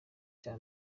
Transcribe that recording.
cya